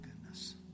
goodness